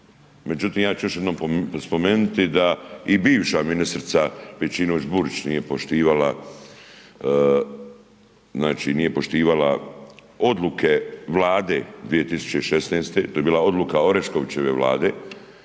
Međutim, ja ću još jednom spomenuti da i bivša ministrica Pejčinović-Burić nije poštivala znači nije poštivala odluke Vlade 2016., to je bila odluka Oreškovićeve Vlade,